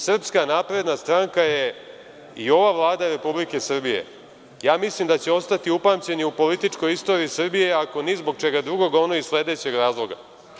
Srpska napredna stranka i ova Vlada Republike Srbije mislim da će ostati upamćeni u političkoj istoriji Srbije ako ni zbog čega drugog, onda iz sledećeg razloga.